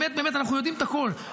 באמת באמת אנחנו יודעים את הכול,